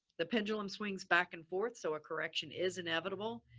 the pendulum swings back and forth, so a correction is inevitable.